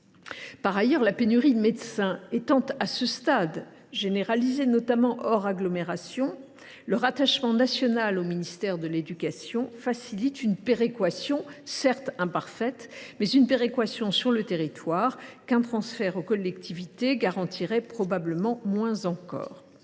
la sénatrice. La pénurie de médecins étant à ce stade généralisée hors agglomérations, le rattachement national au ministère de l’éducation facilite une péréquation, certes imparfaite, sur le territoire ; un transfert aux collectivités garantirait probablement encore